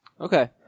Okay